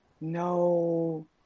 no